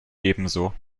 ebenso